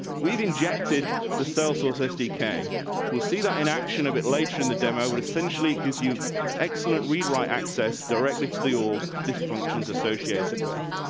we've injected the cell source. sdk will see that in action of it later in the demo, essentially because you excellent read right access directly to the organ this functions associated with.